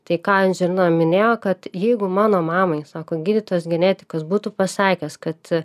tai ką andželina minėjo kad jeigu mano mamai sako gydytojas genetikas būtų pasakęs kad